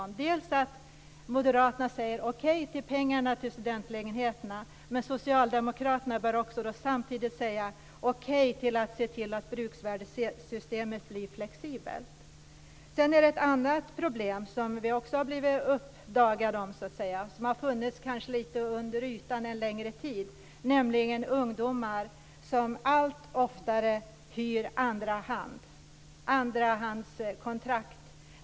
Moderaterna borde säga okej till pengarna till studentlägenheterna och socialdemokraterna borde samtidigt säga okej till att bruksvärdessystemet blir flexibelt. Vi har också blivit uppmärksammade på ett annat problem. Det har kanske funnits lite under ytan en längre tid. Ungdomar hyr allt oftare i andra hand och har andrahandskontrakt.